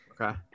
Okay